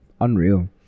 Unreal